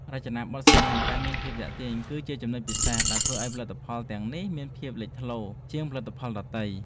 រចនាប័ទ្មសាមញ្ញតែមានភាពទាក់ទាញ គឺជាចំណុចពិសេសដែលធ្វើឱ្យផលិតផលទាំងនេះមានភាពលេចធ្លោជាងផលិតផលដទៃ។